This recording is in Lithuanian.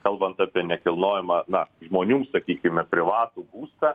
kalbant apie nekilnojamą na žmonių sakykime privatų būstą